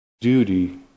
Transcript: duty